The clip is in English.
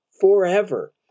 forever